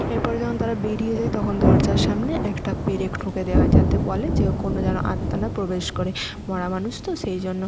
এরপরে যখন তারা বেরিয়ে যায় তখন দরজার সামনে একটা পেরেক ঠুকে দেওয়া হয় যাতে বলে যে কোনো যেন আত্মা না প্রবেশ করে মরা মানুষ তো সেই জন্য